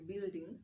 building